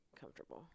comfortable